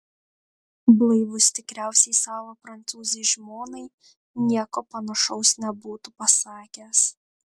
blaivus tikriausiai savo prancūzei žmonai nieko panašaus nebūtų pasakęs